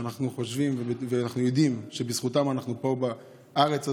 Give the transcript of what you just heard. שאנחנו חושבים ואנחנו יודעים שבזכותם אנחנו פה בארץ הזאת,